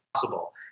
possible